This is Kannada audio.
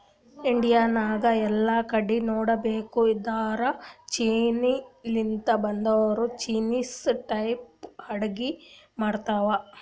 ಇಂಡಿಯಾ ನಾಗ್ ಎಲ್ಲಾ ಕಡಿ ನೋಡಿರ್ಬೇಕ್ ಇದ್ದೂರ್ ಚೀನಾ ಲಿಂತ್ ಬಂದೊರೆ ಚೈನಿಸ್ ಟೈಪ್ ಅಡ್ಗಿ ಮಾಡ್ತಾವ್